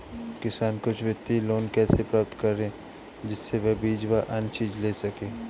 किसान कुछ वित्तीय लोन कैसे प्राप्त करें जिससे वह बीज व अन्य चीज ले सके?